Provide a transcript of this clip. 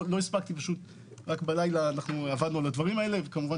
רק בלילה עבדנו על הדברים האלה וכמובן